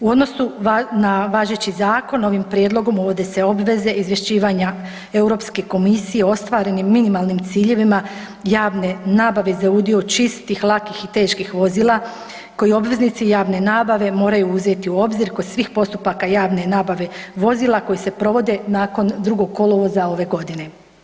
U odnosu na važeći zakon ovim prijedlogom uvode se obveze izvješćivanja Europske komisije o ostvarenim minimalnim ciljevima javne nabave za udio čistih, lakih i teških vozila koji obveznici javne nabave moraju uzeti u obzir kod svih postupaka javne nabave vozila koji se provode nakon drugog kolovoza ove godine.